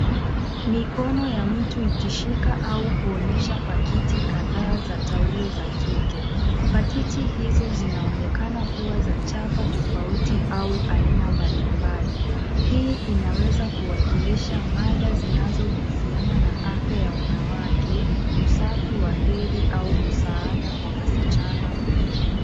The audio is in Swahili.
Mikono ya mtu ikishika au kuonyesha pakiti kadhaa za taulo za kike. Pakiti hizo zinaonekana kuwa za chapa tofauti au aina mbalimbali. Hii inaweza kuwakilisha mada zinazohusiana na afya ya wanawake, usafi wa hedhi au msaada kwa wasichana.